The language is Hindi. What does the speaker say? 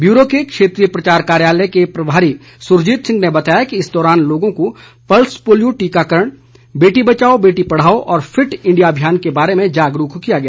ब्यूरो के क्षेत्रीय प्रचार कार्यालय के प्रभारी सुरजीत सिंह ने बताया कि इस दौरान लोगों को प्लस पोलियो टीकाकरण बेटी बचाओ बेटी पढ़ाओ और फिट इंडिया अभियान के बारे में जागरूक किया गया